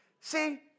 See